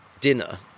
dinner